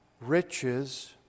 riches